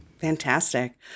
Fantastic